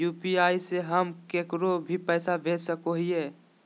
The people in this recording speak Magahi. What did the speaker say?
यू.पी.आई से हम केकरो भी पैसा भेज सको हियै?